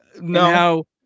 No